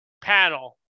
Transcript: panel